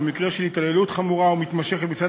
או במקרה של התעללות חמורה ומתמשכת מצד